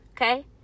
okay